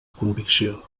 convicció